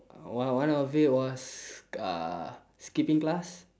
one one of it was uh skipping class